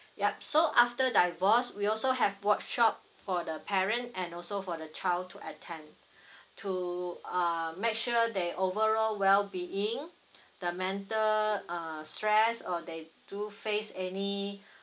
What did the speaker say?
yup so after divorce we also have workshop for the parent and also for the child to attend to um make sure their overall well being the mental uh stress or they do face any